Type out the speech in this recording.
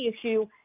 issue